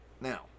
Now